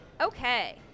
Okay